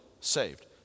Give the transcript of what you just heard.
saved